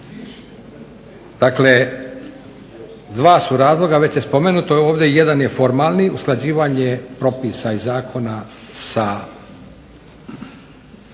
Dakle, dva su razloga već su spomenuta ovdje. Jedan je formalni, usklađivanje propisa i zakona sa